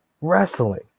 wrestling